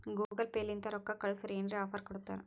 Google Pay ಲಿಂತ ರೊಕ್ಕಾ ಕಳ್ಸುರ್ ಏನ್ರೆ ಆಫರ್ ಕೊಡ್ತಾರ್